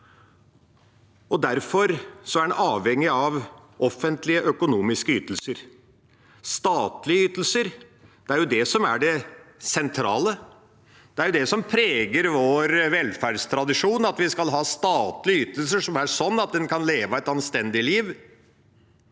derfor er en avhengig av offentlige økonomiske ytelser. Statlige ytelser – det er det som er det sentrale. Det er det som preger vår velferdstradisjon, at vi skal ha statlige ytelser som er slik at en kan leve et anstendig liv.